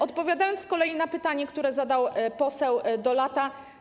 Odpowiadam z kolei na pytanie, które zadał poseł Dolata.